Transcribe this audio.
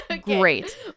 great